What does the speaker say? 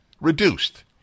reduced